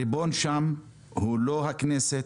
הריבון שם הוא לא הכנסת,